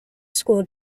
school